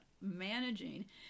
managing